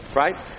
right